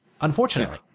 unfortunately